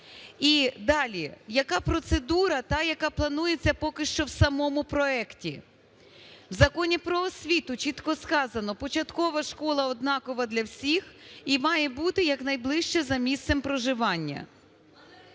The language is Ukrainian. І далі, яка процедура та, яка планується поки що в самому проекті. В Законі про освіту чітко сказано, початкова школа однакова для всіх і має бути якнайближче за місцем проживання.